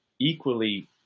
equally